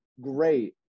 great